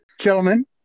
Gentlemen